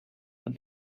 but